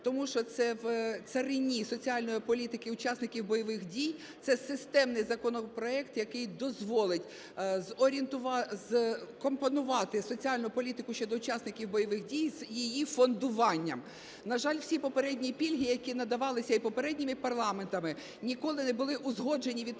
тому що це в царині соціальної політики учасників бойових дій. Це системний законопроект, який дозволить скомпонувати соціальну політику щодо учасників бойових дій з її фондуванням. На жаль, всі попередні пільги, які надавалися і попередніми парламентами, ніколи не були узгоджені